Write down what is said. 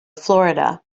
florida